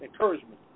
encouragement